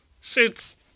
shoots